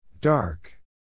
Dark